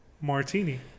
martini